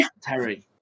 terry